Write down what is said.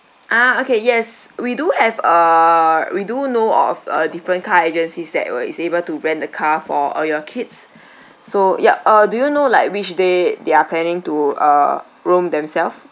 ah okay yes we do have uh we do know of uh different car agencies that uh is able to rent a car for uh your kids so yup uh do you know like which day they are planning to uh roam themselves